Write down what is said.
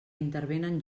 intervenen